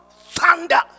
thunder